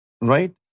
right